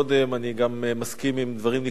אני גם מסכים עם דברים עיקריים ממה